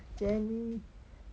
jenny